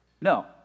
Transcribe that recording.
No